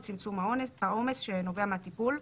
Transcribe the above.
בצמצום העומס שנובע מהטיפול.